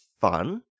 fun